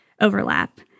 overlap